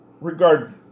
regard